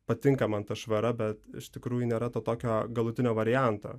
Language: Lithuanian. patinka man ta švara bet iš tikrųjų nėra to tokio galutinio varianto